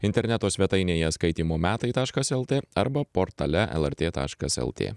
interneto svetainėje skaitymo metai taškas lt arba portale lrt taškas lt